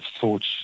thoughts